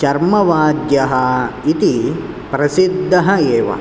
चर्मवाद्यः इति प्रसिद्धः एव